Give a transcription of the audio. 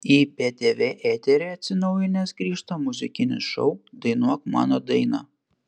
į btv eterį atsinaujinęs grįžta muzikinis šou dainuok mano dainą